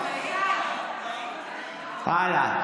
הלאה.